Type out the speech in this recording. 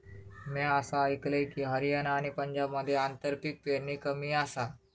म्या असा आयकलंय की, हरियाणा आणि पंजाबमध्ये आंतरपीक पेरणी कमी आसा